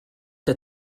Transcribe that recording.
der